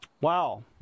Wow